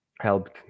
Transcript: helped